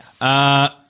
Yes